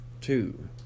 two